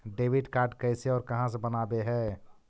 Debit card कैसे और कहां से बनाबे है?